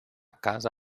casa